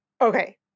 Okay